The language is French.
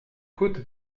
côte